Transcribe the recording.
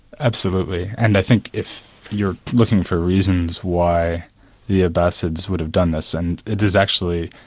absolutely. and i think if you're looking for reasons why the abbasids would have done this, and it is actually.